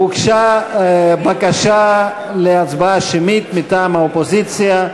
הוגשה בקשה להצבעה שמית מטעם האופוזיציה.